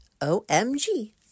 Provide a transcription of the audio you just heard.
omg